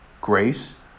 Grace